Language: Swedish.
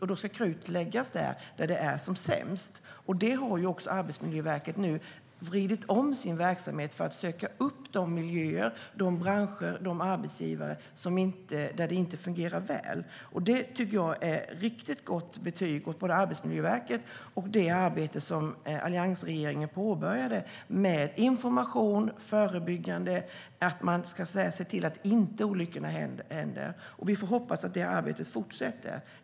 Och då ska krutet läggas där det är som sämst. Arbetsmiljöverket har nu vridit om sin verksamhet för att söka upp de miljöer, branscher och arbetsgivare där det inte fungerar väl. Det tycker jag är ett riktigt gott betyg åt både Arbetsmiljöverket och det arbete som alliansregeringen påbörjade med information och förebyggande så att olyckor inte händer. Vi får hoppas att detta arbete fortsätter.